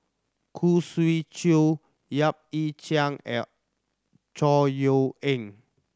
Khoo Swee Chiow Yap Ee Chian L Chor Yeok Eng